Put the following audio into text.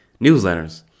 Newsletters